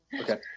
Okay